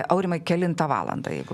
aurimai kelintą valandą jeigu